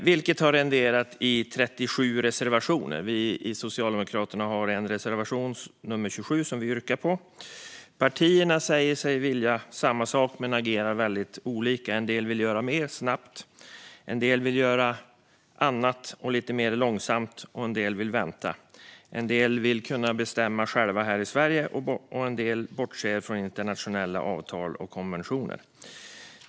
Detta har renderat i 37 reservationer. Vi i Socialdemokraterna har en reservation, nr 27, som jag yrkar bifall till. Partierna säger sig vilja samma sak men agerar väldigt olika. En del vill göra mer snabbt, en del vill göra annat lite mer långsamt och en del vill vänta. En del vill att vi ska kunna bestämma själva här i Sverige och bortser från internationella avtal och konventioner.